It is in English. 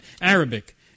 Arabic